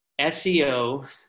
SEO